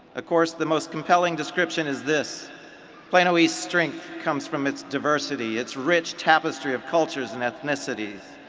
of course the most compelling description is this plano east strength comes from its diversity. its rich tapestry of cultures and ethnicities.